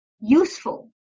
useful